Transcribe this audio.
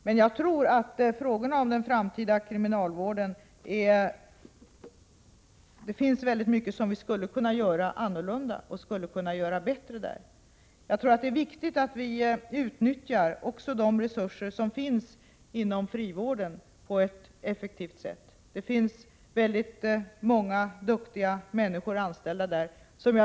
När det gäller frågorna om den framtida kriminalvården tror jag att det finns mycket som vi skulle kunna göra annorlunda och bättre. Jag tror också att det är viktigt att vi på ett effektivt sätt utnyttjar de resurser som finns inom frivården. Det finns väldigt många duktiga människor anställda.